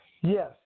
Yes